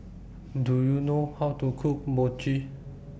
Do YOU know How to Cook Mochi